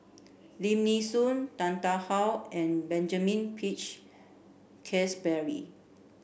Lim Nee Soon Tan Tarn How and Benjamin Peach Keasberry